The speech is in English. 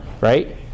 right